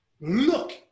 Look